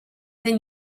then